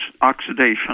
oxidation